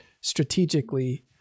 strategically